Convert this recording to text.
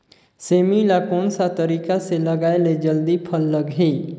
सेमी ला कोन सा तरीका से लगाय ले जल्दी फल लगही?